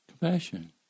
Compassion